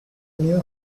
new